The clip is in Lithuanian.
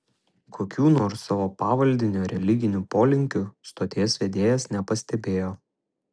kokių nors savo pavaldinio religinių polinkių stoties vedėjas nepastebėjo